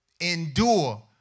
Endure